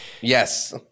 Yes